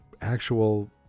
actual